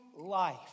life